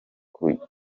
kuzajya